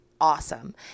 Awesome